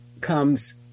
comes